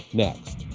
next